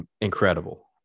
incredible